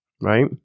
Right